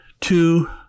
two